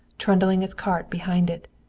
trundling its cart behind it.